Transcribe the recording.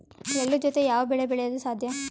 ಎಳ್ಳು ಜೂತೆ ಯಾವ ಬೆಳೆ ಬೆಳೆಯಲು ಸಾಧ್ಯ?